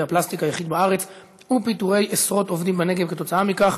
הפלסטיק היחיד בארץ ופיטורי עשרות עובדים בנגב עקב כך,